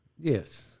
Yes